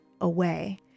away